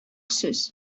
сүз